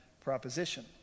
proposition